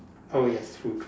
oh yes food